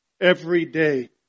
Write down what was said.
Everyday